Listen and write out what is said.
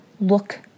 look